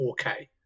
4K